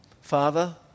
Father